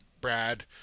Brad